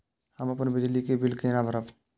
हम अपन बिजली के बिल केना भरब?